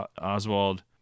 Oswald